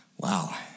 Wow